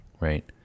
Right